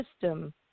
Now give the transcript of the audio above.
system